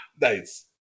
nice